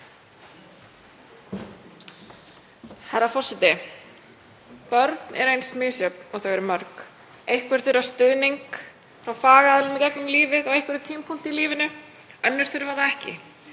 Herra forseti. Börn eru eins misjöfn og þau eru mörg. Einhver þurfa stuðning frá fagaðilum í gegnum lífið á einhverjum tímapunkti í lífinu. Önnur þurfa það ekki.